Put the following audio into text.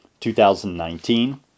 2019